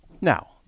now